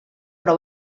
però